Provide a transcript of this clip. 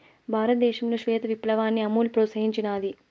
భారతదేశంలో శ్వేత విప్లవాన్ని అమూల్ ప్రోత్సహించినాది